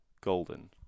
Golden